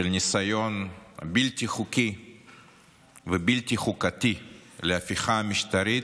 של ניסיון בלתי חוקי ובלתי חוקתי להפיכה משטרית,